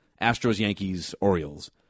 Astros-Yankees-Orioles